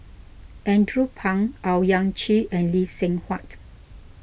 Andrew Phang Owyang Chi and Lee Seng Huat